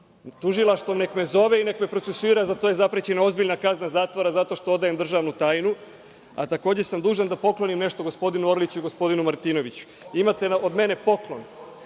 Tužilaštvo nek me zove i nek me procesuira, za to je zaprećena ozbiljna kazna zatvora zato što odajem državnu tajnu. Ali, takođe sam dužan da poklonim nešto gospodinu Orliću i gospodinu Martinoviću. Imate od mene poklon.